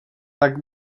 tak